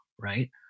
right